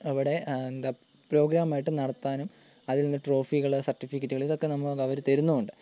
അവിടെ എന്താ പ്രോഗമായിട്ട് നടത്താനും അതിൽ നിന്ന് ട്രോഫികള് സർട്ടിഫിക്കറ്റുകള് ഇതൊക്കെ നമുക്ക് അവര് തരുന്നുണ്ട്